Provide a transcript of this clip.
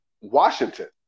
Washington